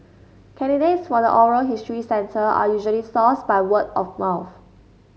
candidates for the oral history center are usually sourced by word of mouth